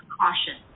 caution